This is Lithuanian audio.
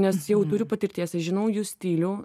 nes jau turiu patirties žinau jų stilių